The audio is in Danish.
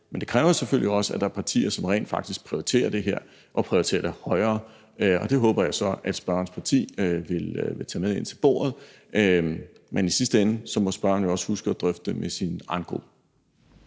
Men det kræver selvfølgelig også, at der er partier, som rent faktisk prioriterer det her og prioriterer det højere. Det håber jeg så at spørgerens parti vil tage med ind til bordet. Men i sidste ende må spørgeren også huske at drøfte det med sin egen gruppe.